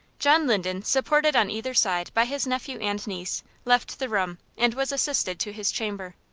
john linden, supported on either side by his nephew and niece, left the room, and was assisted to his chamber.